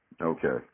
Okay